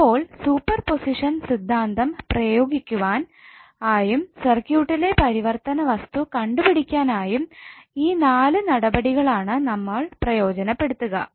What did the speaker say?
അപ്പോൾ സൂപ്പർപൊസിഷൻ സിദ്ധാന്തം പ്രയോഗിക്കുവാൻ ആയും സർക്യൂട്ടിലെ പരിവർത്തിതവസ്തു കണ്ടുപിടിക്കുവാൻ ആയും ഈ നാല് നടപടികളാണ് നമ്മൾ പ്രയോജനപ്പെടുത്തുക